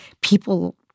people